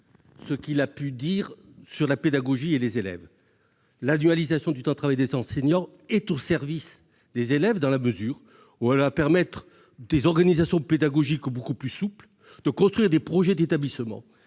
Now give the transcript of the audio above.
remarques à propos de la pédagogie et des élèves. L'annualisation du temps de travail des enseignants est au service des élèves, dans la mesure où elle doit permettre une organisation pédagogique beaucoup plus souple et la construction de projets d'établissement.